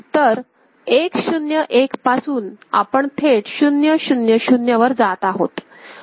तर 1 0 1 पासून आपण थेट 0 0 0 वर जात आहोत